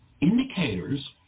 indicators